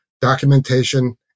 documentation